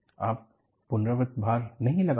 आप पुनराव्रत भार नहीं लगा कर रहे हैं